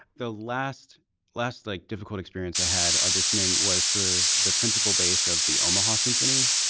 the last laughs like difficult experience i had auditioning was for the principal bass of the omaha symphony.